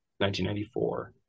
1994